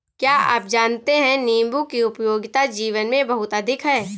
क्या आप जानते है नीबू की उपयोगिता जीवन में बहुत अधिक है